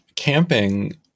Camping